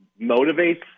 motivates